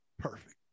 perfect